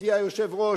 ידידי היושב-ראש,